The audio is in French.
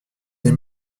des